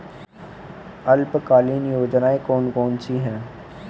अल्पकालीन योजनाएं कौन कौन सी हैं?